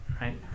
right